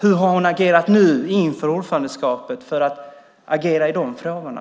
Hur har hon agerat inför ordförandeskapet i de frågorna?